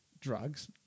drugs